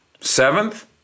Seventh